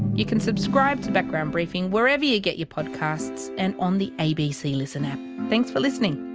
you can subscribe to background briefing wherever you get your podcasts, and on the abc listen app. thanks for listening